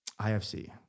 IFC